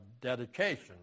dedication